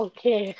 Okay